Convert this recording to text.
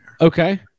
Okay